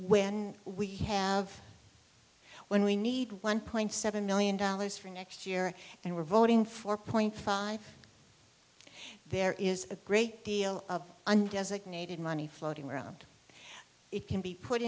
when we have when we need one point seven million dollars for next year and we're voting four point five there is a great deal of undoes needed money floating around it can be put